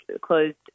closed